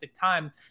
time